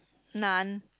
none